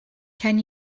can